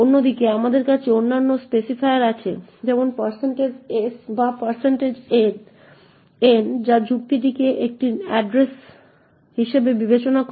অন্যদিকে আমাদের কাছে অন্যান্য স্পেসিফায়ার আছে যেমন s বা n যা যুক্তিটিকে একটি এড্রেস হিসাবে বিবেচনা করে